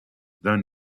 done